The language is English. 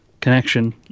connection